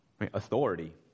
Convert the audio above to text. Authority